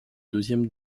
deuxième